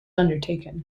undertaken